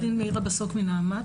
אני מנעמ"ת.